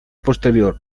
posterior